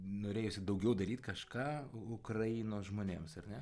norėjosi daugiau daryt kažką ukrainos žmonėms ar ne